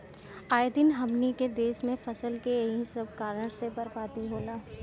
आए दिन हमनी के देस में फसल के एही सब कारण से बरबादी होला